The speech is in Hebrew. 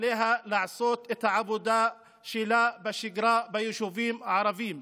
עליה לעשות את העבודה שלה בשגרה ביישובים הערביים.